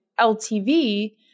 LTV